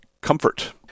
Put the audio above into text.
comfort